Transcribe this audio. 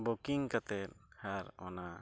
ᱠᱟᱛᱮ ᱟᱨ ᱚᱱᱟ